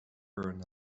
earn